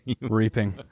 Reaping